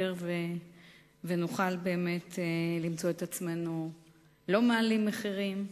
ונוכל למצוא את עצמנו לא מעלים מחירים,